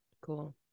Cool